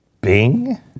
Bing